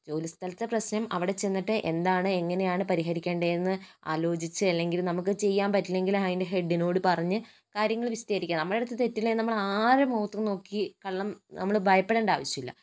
ജോലി സ്ഥലത്തെ പ്രശ്നം അവിടെ ചെന്നിട്ട് എന്താണ് എങ്ങനെയാണ് പരിഹരിക്കേണ്ടേന്ന് ആലോചിച്ച് അല്ലെങ്കിൽ നമുക്ക് ചെയ്യാൻ പറ്റില്ലെങ്കിൽ അതിൻ്റെ ഹെഡിനോട് പറഞ്ഞ് കാര്യങ്ങൾ വിശദീകരിക്കുക നമ്മളെ അടുത്ത് തെറ്റില്ലെങ്കിൽ നമ്മള് ആരെ മുഖത്ത് നോക്കി കള്ളം നമ്മള് ഭയപ്പെടേണ്ട ആവശ്യമില്ല